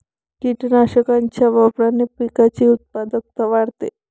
कीटकनाशकांच्या वापराने पिकाची उत्पादकता वाढते